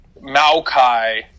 Maokai